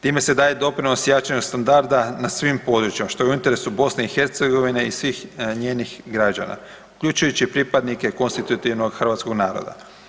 Tim se daje doprinos jačanju standarda na svim područjima što je u interesu BiH-a i svih njenih građana, uključujući i pripadne konstitutivnog hrvatskog naroda.